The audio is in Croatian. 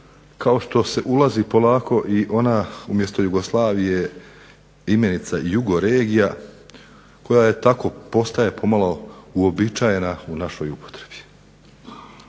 kao što se ulazi polako i ona umjesto Jugoslavije imenica jugoregija koja tako postaje pomalo uobičajena u našoj upotrebi.